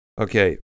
okay